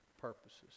purposes